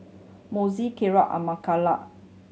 Moises Kirk